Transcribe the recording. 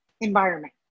environment